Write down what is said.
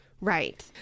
Right